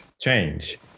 change